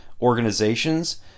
organizations